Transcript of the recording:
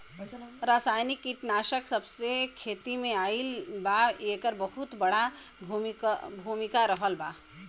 रासायनिक कीटनाशक जबसे खेती में आईल बा येकर बहुत बड़ा भूमिका रहलबा